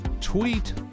Tweet